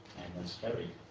that's carried.